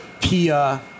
Pia